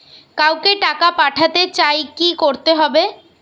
কাউকে টাকা পাঠাতে চাই কি করতে হবে?